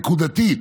נקודתית,